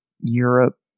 Europe